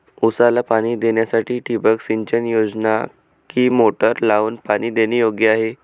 ऊसाला पाणी देण्यासाठी ठिबक सिंचन योग्य कि मोटर लावून पाणी देणे योग्य आहे?